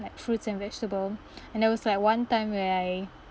like fruits and vegetable and there was like one time where I